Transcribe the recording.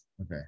Okay